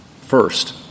First